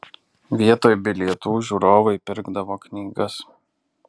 vietoj bilietų žiūrovai pirkdavo knygas